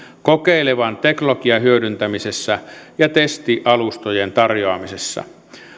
kokeilevan teknologian hyödyntämisessä ja testialustojen tarjoamisessa